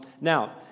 Now